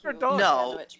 No